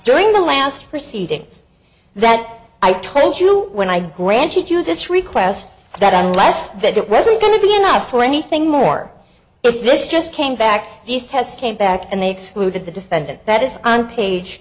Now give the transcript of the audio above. during the last proceedings that i told you when i granted you this request that unless that it wasn't going to be enough or anything more of this just came back these tests came back and they excluded the defendant that is on page